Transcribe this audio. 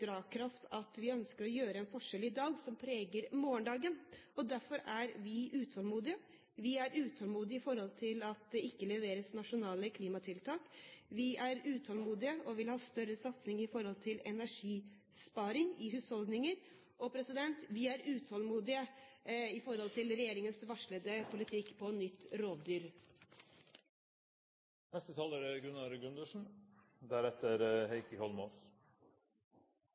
drivkraft at vi ønsker å gjøre en forskjell i dag som preger morgendagen, og derfor er vi utålmodige. Vi er utålmodige for at det ikke leveres nasjonale klimatiltak. Vi er utålmodige og vil ha større satsing på energisparing i husholdninger. Og vi er utålmodige når det gjelder regjeringens varslede politikk på rovdyr. Det er